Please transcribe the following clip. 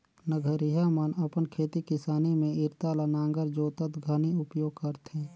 नगरिहा मन अपन खेती किसानी मे इरता ल नांगर जोतत घनी उपियोग करथे